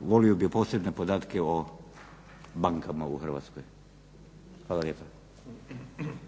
Voli bih posebne podatke o bankama u Hrvatskoj. Hvala lijepa.